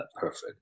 perfect